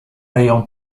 ryją